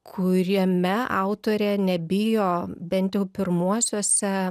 kuriame autorė nebijo bent jau pirmuosiuose